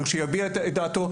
שיביע את דעתו,